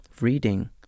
reading